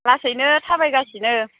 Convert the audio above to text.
लासैनो थाबायगासिनो